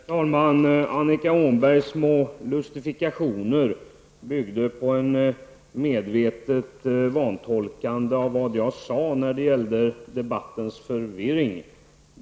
Herr talman! Annika Åhnbergs små lustifikationer byggde på ett medvetet vantolkande av det jag sade när det gäller debattens förvirring.